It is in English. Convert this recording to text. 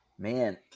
Man